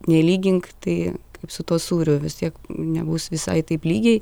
nelygink tai kaip su tuo sūriu vis tiek nebus visai taip lygiai